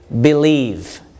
believe